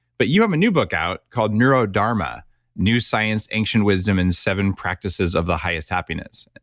but you have a new book out called neurodharma new science, ancient wisdom and seven practices of the highest happiness.